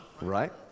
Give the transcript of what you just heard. right